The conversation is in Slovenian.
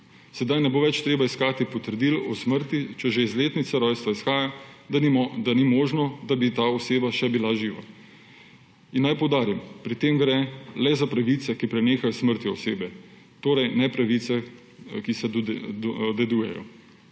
Sedaj ne bo več treba iskati potrdil o smrti, če že iz letnice rojstva izhaja, da ni možno, da bi ta oseba še bila živa. Naj poudarim, pri tem gre le za pravice, ki prenehajo s smrtjo osebe, torej ne za pravice, ki se dedujejo.